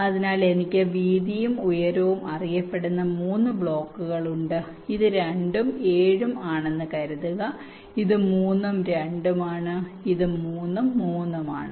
അതിനാൽ എനിക്ക് വീതിയും ഉയരവും അറിയപ്പെടുന്ന 3 ബ്ലോക്കുകൾ ഉണ്ട് ഇത് 2 ഉം 2 ഉം ആണെന്ന് കരുതുക ഇത് 3 ഉം 2 ഉം ആണ് ഇത് 3 ഉം 3 ഉം ആണ്